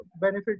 benefit